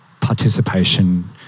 participation